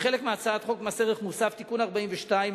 הצעת חוק זו היא חלק מהצעת חוק מס ערך מוסף (תיקון מס' 42),